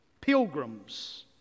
pilgrims